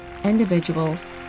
individuals